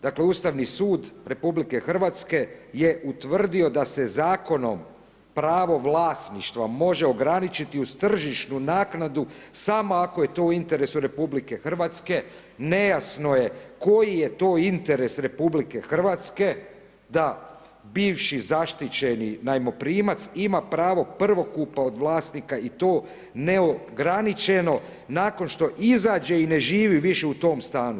Dakle Ustavni sud RH je utvrdio da se zakonom pravo vlasništva može ograničiti uz tržišnu naknadu samo ako je to u interesu RH, nejasno je koji je to interes RH da bivši zaštićeni najmoprimac ima pravo prvokupa od vlasnika i to neograničeno nakon što izađe i ne živi više u tim stanu.